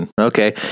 Okay